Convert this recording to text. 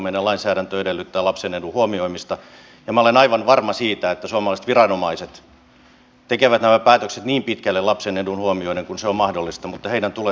meidän lainsäädäntömme edellyttää lapsen edun huomioimista ja minä olen aivan varma siitä että suomalaiset viranomaiset tekevät nämä päätökset niin pitkälle lapsen etu huomioiden kuin se on mahdollista mutta heidän tulee noudattaa lakia